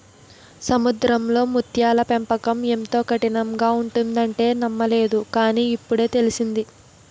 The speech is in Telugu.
సముద్రంలో ముత్యాల పెంపకం ఎంతో కఠినంగా ఉంటుందంటే నమ్మలేదు కాని, ఇప్పుడే తెలిసింది